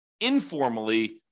informally